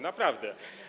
Naprawdę.